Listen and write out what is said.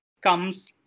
comes